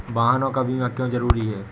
वाहनों का बीमा क्यो जरूरी है?